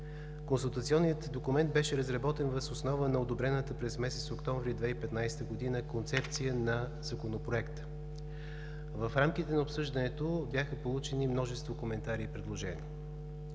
Консултационният документ беше разработен въз основа на одобрената през месец октомври 2015 г. Концепция на Законопроекта. В рамките на обсъждането бяха получени множество коментари и предложения.